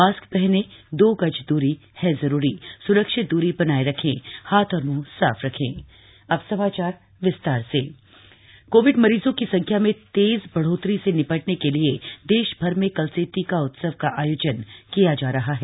mask पहनें दो गज दूरी है जरूरी सुरक्षित दूरी बनाये रखें हाथ और मुंह साफ रखें टीका उत्सव कोविड मरीजों की संख्या में तेज बढ़ोतरी से निपटने के लिए देश भर में कल से टीका उत्सव का आयोजन किया जा रहा है